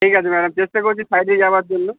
ঠিক আছে ম্যাডাম চেষ্টা করছি সাইডে যাওয়ার জন্য